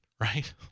right